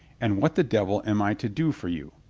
and what the devil am i to do for you?